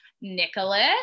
Nicholas